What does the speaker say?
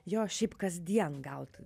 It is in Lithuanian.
jo šiaip kasdien gaut